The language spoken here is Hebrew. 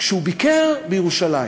כשהוא ביקר בירושלים